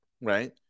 right